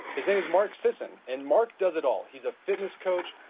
his name is mark sisson, and mark does it all. he is a fitness coach,